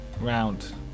round